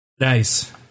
Nice